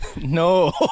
No